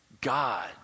God